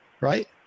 right